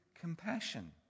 compassion